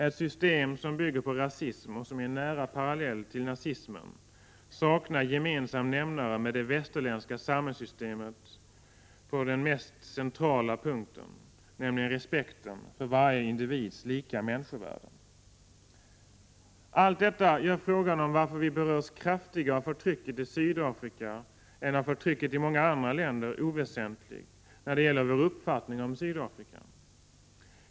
Ett system som bygger på rasism, och som är en nära parallell till nazismen, saknar gemensam nämnare med det västerländska samhällssystemet på den mest centrala punkten, nämligen respekten för varje individs lika människovärde. Allt detta gör frågan — varför vi berörs kraftigare av förtrycket i Sydafrika än av förtrycket i många andra länder — oväsentlig när det gäller vår uppfattning om Sydafrika.